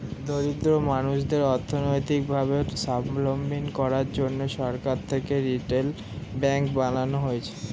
দরিদ্র মানুষদের অর্থনৈতিক ভাবে সাবলম্বী করার জন্যে সরকার থেকে রিটেল ব্যাঙ্ক বানানো হয়েছে